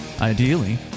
ideally